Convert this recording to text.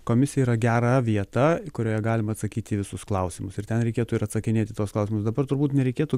komisija yra gera vieta kurioje galima atsakyti į visus klausimus ir ten reikėtų ir atsakinėti į tuos klausimus dabar turbūt nereikėtų